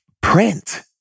print